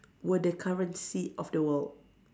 were the currency of the world